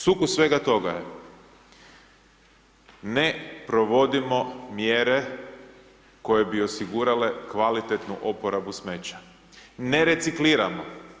Sukus svega toga je ne provodimo mjere koje bi osigurale kvalitetnu oporabu smeća, ne recikliramo.